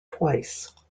twice